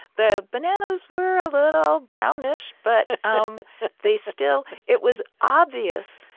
the bananas were a little brownish, but um they still it was obvious.